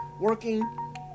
working